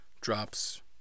drops